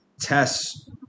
tests